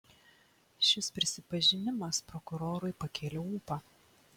šis prisipažinimas prokurorui pakėlė ūpą